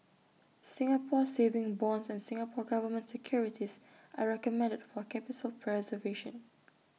Singapore savings bonds and Singapore Government securities are recommended for capital preservation